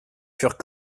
furent